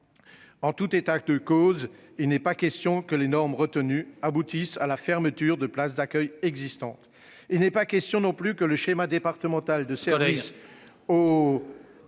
En tout état de cause, il n'est pas question que les normes retenues aboutissent à la fermeture de places d'accueil existantes. Il faut conclure, mon cher collègue ! De même, le schéma départemental des services aux